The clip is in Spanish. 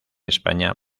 españa